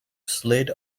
slid